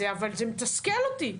אבל זה מתסכל אותי.